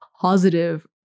positive